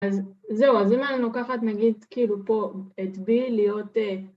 ‫אז, זהו, אז אם אני לוקחת, ‫נגיד, כאילו, פה את בי, להיות א...